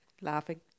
laughing